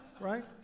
right